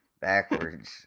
backwards